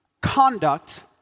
conduct